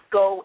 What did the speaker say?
go